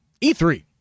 E3